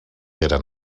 eren